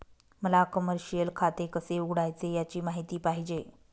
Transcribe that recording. मला कमर्शिअल खाते कसे उघडायचे याची माहिती पाहिजे